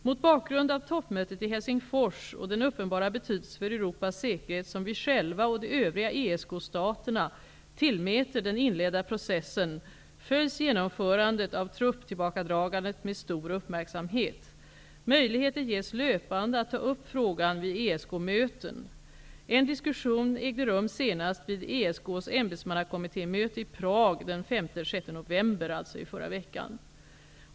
Mot bakgrund av toppmötet i Helsingfors och den uppenbara betydelse för Europas säkerhet som vi själva och de övriga ESK-staterna tillmäter den inledda processen följs genomförandet av trupptillbakadragandet med stor uppmärksamhet. Möjligheter ges löpande att ta upp frågan vid ESK möten. En diskussion ägde rum senast vid ESK:s ämbetsmannakommittémöte i Prag förra veckan, den 5--6 november.